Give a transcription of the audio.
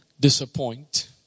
Disappoint